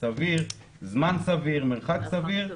סביר תוך זמן סביר ובמרחק סביר.